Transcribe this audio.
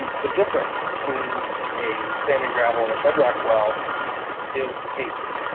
and the difference between a sand and gravel and a bedrock well is the casing.